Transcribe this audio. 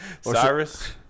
Cyrus